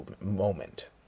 moment